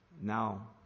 Now